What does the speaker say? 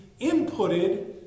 inputted